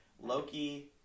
Loki